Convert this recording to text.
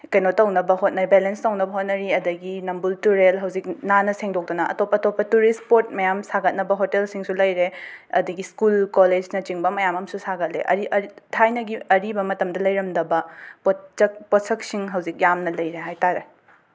ꯀꯩꯅꯣ ꯇꯧꯅꯕ ꯍꯣꯠꯅ ꯕꯦꯂꯦꯟꯁ ꯇꯧꯅꯕ ꯍꯣꯠꯅꯔꯤ ꯑꯗꯩꯒꯤ ꯅꯝꯕꯨꯜ ꯇꯨꯔꯦꯜ ꯍꯧꯖꯤꯛ ꯅꯥꯟꯅ ꯁꯦꯡꯗꯣꯛꯇꯅ ꯑꯇꯣꯞ ꯑꯇꯣꯞꯄ ꯇꯨꯔꯤꯁ ꯁ꯭ꯄꯣꯠ ꯃꯌꯥꯝ ꯁꯥꯒꯠꯅꯕ ꯍꯣꯇꯦꯜꯁꯤꯡꯁꯨ ꯂꯩꯔꯦ ꯑꯗꯒꯤ ꯁ꯭ꯀꯨꯜ ꯀꯣꯂꯦꯖꯅꯆꯤꯡꯕ ꯃꯌꯥꯝ ꯑꯃ ꯑꯃꯁꯨ ꯁꯥꯒꯠꯂꯦ ꯑꯔꯤ ꯑꯔ ꯊꯥꯏꯅꯒꯤ ꯑꯔꯤꯕ ꯃꯇꯝꯗ ꯂꯩꯔꯝꯗꯕ ꯄꯣꯠ ꯆꯠ ꯄꯣꯠꯁꯛꯁꯤꯡ ꯍꯧꯖꯤꯛ ꯌꯥꯝꯅ ꯂꯩꯔꯦ ꯍꯥꯏꯇꯥꯔꯦ